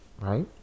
right